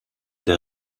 der